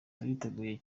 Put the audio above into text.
turiteguye